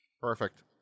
Perfect